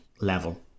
level